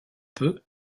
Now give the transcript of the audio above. peu